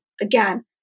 Again